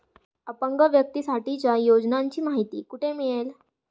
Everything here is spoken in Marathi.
अपंग व्यक्तीसाठीच्या योजनांची माहिती कुठे मिळेल?